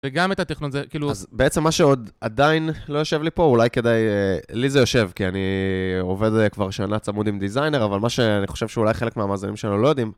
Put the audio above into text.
וגם את הטכנולוגיה, כאילו... בעצם מה שעוד עדיין לא יושב לי פה, אולי כדאי... לי זה יושב, כי אני עובד כבר שנה צמוד עם דיזיינר, אבל מה שאני חושב שאולי חלק מהמאזינים שלנו, לא יודעים.